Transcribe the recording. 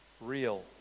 real